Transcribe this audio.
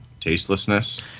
tastelessness